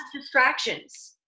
distractions